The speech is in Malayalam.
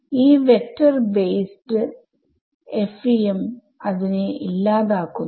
ഈ വെക്ടർ ബേസ്ഡ് FEM അതിനെ ഇല്ലാതാക്കുന്നു